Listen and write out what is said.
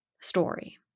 story